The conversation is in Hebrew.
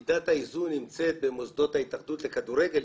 מידת האיזון נמצאת במוסדות ההתאחדות לכדורגל,